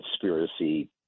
conspiracy